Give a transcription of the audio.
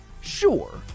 Sure